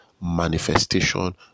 Manifestation